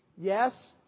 Yes